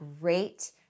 great